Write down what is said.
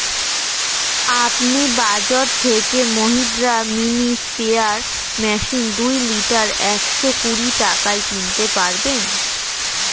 আপনি বাজর থেকে মহিন্দ্রা মিনি স্প্রেয়ার মেশিন দুই লিটার একশো কুড়ি টাকায় কিনতে পারবেন